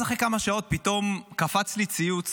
ואז, אחרי כמה שעות, פתאום קפץ לי ציוץ